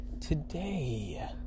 Today